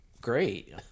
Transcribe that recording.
great